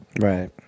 Right